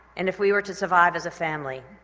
and if we were to survive as a family.